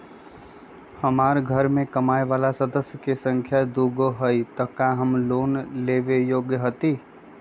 हमार घर मैं कमाए वाला सदस्य की संख्या दुगो हाई त हम लोन लेने में योग्य हती?